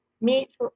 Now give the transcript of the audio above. meat